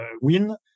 win